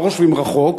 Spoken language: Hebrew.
לא חושבים רחוק,